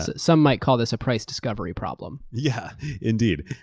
some might call this a price discovery problem. yeah indeed.